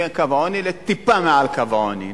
מקו העוני לטיפה מעל קו העוני.